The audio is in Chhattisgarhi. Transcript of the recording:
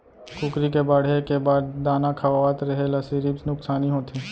कुकरी के बाड़हे के बाद दाना खवावत रेहे ल सिरिफ नुकसानी होथे